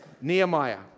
Nehemiah